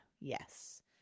yes